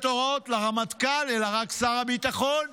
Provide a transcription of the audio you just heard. הוראות לרמטכ"ל אלא רק שר הביטחון.